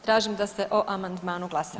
Tražim da se o amandmanu glasa.